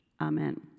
Amen